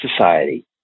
Society